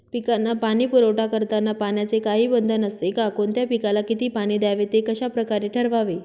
पिकांना पाणी पुरवठा करताना पाण्याचे काही बंधन असते का? कोणत्या पिकाला किती पाणी द्यावे ते कशाप्रकारे ठरवावे?